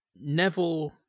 Neville